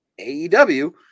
AEW